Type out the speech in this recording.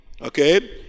Okay